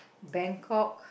Bangkok